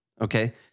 Okay